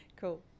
Cool